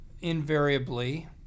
invariably